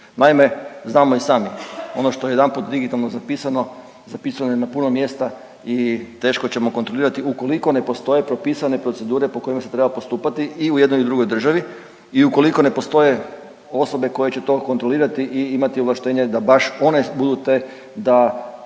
Naime, znamo i sami, ono što je jedanput digitalno zapisano, zapisano je na puno mjesta i teško ćemo kontrolirati ukoliko ne postoje propisane procedure po kojima se treba postupati u jednoj i u drugoj državi i ukoliko ne postoje osobe koje će to kontrolirati i imati ovlaštenje da baš one budu te da